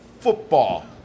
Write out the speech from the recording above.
football